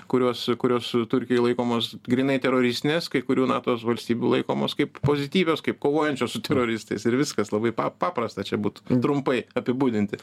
kurios kurios turkijoj laikomos grynai teroristinės kai kurių nato valstybių laikomos kaip pozityvios kaip kovojančios su teroristais ir viskas labai pa paprasta čia būtų trumpai apibūdinti